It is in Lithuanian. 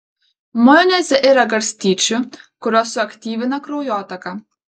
majoneze yra garstyčių kurios suaktyvina kraujotaką